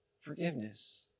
Forgiveness